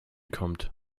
kommt